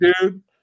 dude